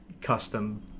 custom